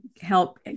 help